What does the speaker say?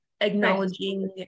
Acknowledging